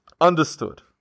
Understood